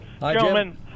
Gentlemen